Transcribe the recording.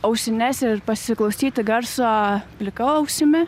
ausines ir pasiklausyti garso plika ausimi